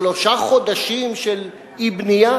שלושה חודשים של אי-בנייה?